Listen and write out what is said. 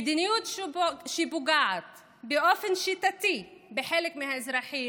מדיניות שפוגעת באופן שיטתי בחלק מהאזרחים,